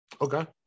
Okay